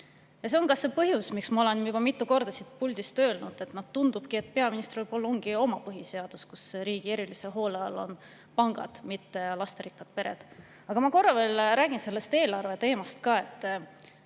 See on see põhjus, miks ma olen juba mitu korda siit puldist öelnud, et tundub, et peaministril on võib-olla oma põhiseadus, kus riigi erilise hoole all on pangad, mitte lasterikkad pered. Aga ma korra räägin eelarveteemast ka.